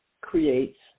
creates